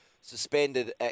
suspended